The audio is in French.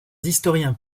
historiens